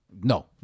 No